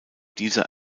dieser